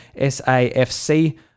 SAFC